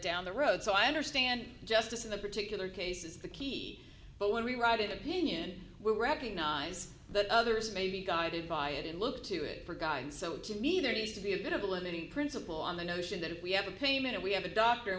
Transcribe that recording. down the road so i understand justice in the particular case is the key but when we write it opinion we were recognized that others may be guided by it and look to it for god so to me there needs to be a bit of a limiting principle on the notion that if we have a payment and we have a doctor and